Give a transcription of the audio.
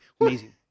Amazing